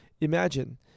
Imagine